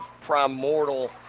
primordial